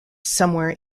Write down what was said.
somewhere